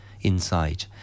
inside